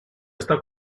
está